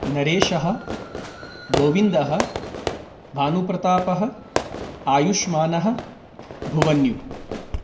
नरेशः गोविन्दः भानुप्रतापः आयुष्मानः भुवन्युः